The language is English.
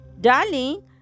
Darling